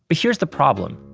but here is the problem,